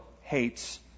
hates